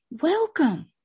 welcome